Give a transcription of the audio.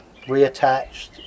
reattached